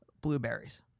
Blueberries